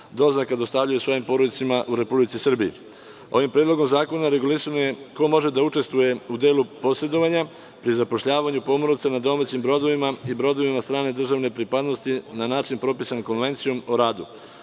doznaka dostavljaju svojim porodicama u Republici Srbiji. Ovim Predlogom zakona regulisano je ko može da učestvuje u delu posedovanja pri zapošljavanju pomoraca na domaćim brodovima i brodovima strane državne pripadnosti na način propisan Konvencijom o radu.